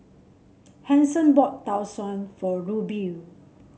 Hanson bought Tau Suan for Rubye